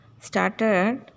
started